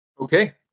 Okay